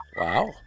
Wow